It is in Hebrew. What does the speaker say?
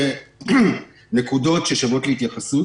נקודות ששוות התייחסות.